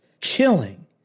killing